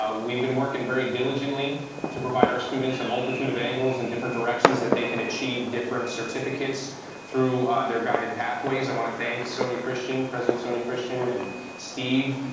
ah we've been working very diligently to provide our students a multitude of angles in different directions that they can achieve different certificates through their guided pathways. i want to thank sonya christian, president sonya christian, and steve